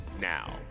Now